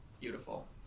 Beautiful